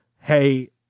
hey